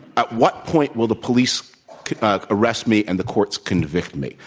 at what point will the police arrest me and the courts convict me.